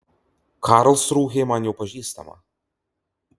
karlsrūhė man jau pažįstama